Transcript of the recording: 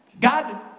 God